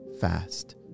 fast